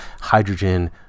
hydrogen